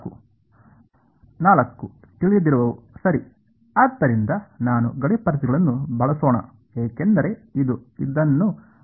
4 ತಿಳಿಯದಿರುವವು ಸರಿ ಆದ್ದರಿಂದ ನಾವು ಗಡಿ ಪರಿಸ್ಥಿತಿಗಳನ್ನು ಬಳಸೋಣ ಏಕೆಂದರೆ ಇದು ಇದನ್ನು ಪರಿಹರಿಸಲು ನಮಗೆ ಸಹಾಯ ಮಾಡುತ್ತದೆ